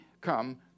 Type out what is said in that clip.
come